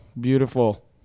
beautiful